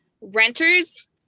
renters